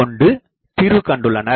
கொண்டு தீர்வு கண்டுள்ளனர்